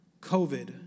COVID